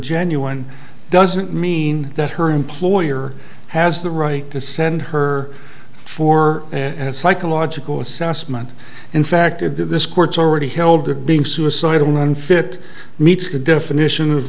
genuine doesn't mean that her employer has the right to send her for and psychological assessment in fact of the this court's already held to being suicidal unfit meets the definition of